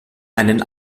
einen